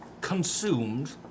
consumed